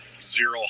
zero